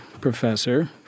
professor